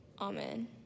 Amen